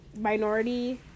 minority